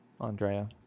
Andrea